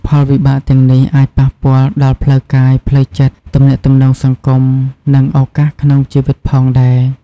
ផលវិបាកទាំងនេះអាចប៉ះពាល់ដល់ផ្លូវកាយ ផ្លូវចិត្ត ទំនាក់ទំនងសង្គម និងឱកាសក្នុងជីវិតផងដែរ។